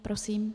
Prosím.